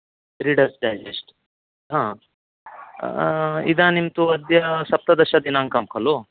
readers Digest आम् इदानीं तु अद्य सप्तदशदिनाङ्कं खलु